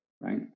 right